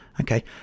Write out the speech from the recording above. okay